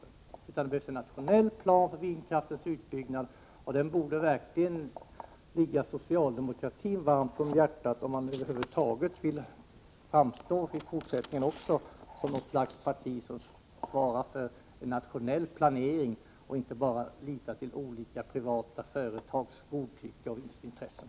Det behövs i stället en nationell plan för vindkraftens utbyggnad, och en sådan borde verkligen ligga socialdemokratin varmt om hjärtat, om man även i fortsättningen vill framstå som ett parti som svarar för en nationell planering och inte bara litar till olika privata företags godtycke och vinstintressen.